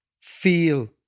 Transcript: feel